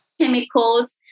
chemicals